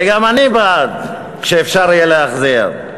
וגם אני בעד שכשאפשר יהיה להחזיר,